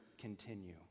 continue